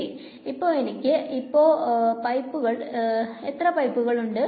ശെരി ഇപ്പൊ എനിക്ക് ഇപ്പോൾ പൈപ്പുകൾ ഉണ്ട്